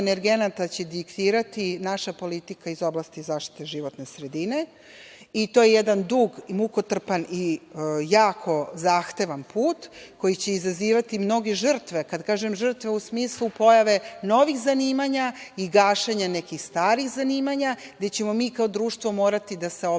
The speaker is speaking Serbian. energenata diktirati naša politika iz oblasti Zaštite životne sredine. To je jedan dug, mukotrpan i jako zahtevan put koji će izazivati mnoge žrtve. Kad kažem - žrtve u smislu na pojeve novih zanimanja i gašenja nekih starih zanimanja gde ćemo mi kao društvo morati da se obrazujemo,